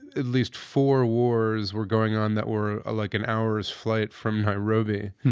at least four wars were going on that were ah like an hour's flight from nairobi.